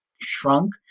Shrunk